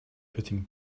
putting